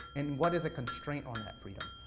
and what is a constraint on that freedom?